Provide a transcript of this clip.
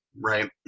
Right